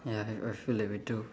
ya I I feel that way too